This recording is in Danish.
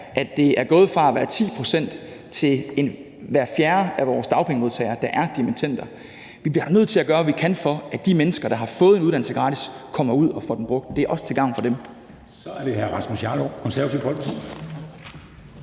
at det er gået fra at være 10 pct., til at hver fjerde af vores dagpengemodtagere er dimittend. Vi bliver da nødt til at gøre, hvad vi kan, så de mennesker, der har fået en uddannelse gratis, kommer ud og får den brugt. Det er også til gavn for dem. Kl. 09:28 Formanden (Henrik